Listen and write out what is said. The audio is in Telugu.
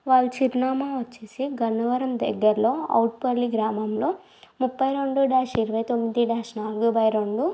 వాళ్ళ చిరునామా వచ్చేసి గన్నవరం దగ్గర్లో అవుట్పల్లి గ్రామంలో ముప్పై రెండు డాష్ ఇరవై తొమ్మిది డాష్ నాలుగు బై రెండు